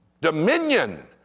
dominion